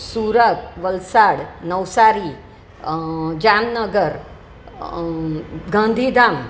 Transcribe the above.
Surat Valsad Navsari Jamnagar Gandhidham